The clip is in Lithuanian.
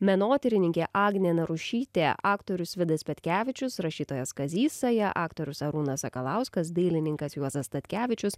menotyrininkė agnė narušytė aktorius vidas petkevičius rašytojas kazys saja aktorius arūnas sakalauskas dailininkas juozas statkevičius